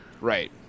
Right